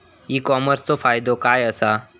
E कॉमर्सचो फायदो काय असा?